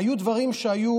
היו דברים שהיו,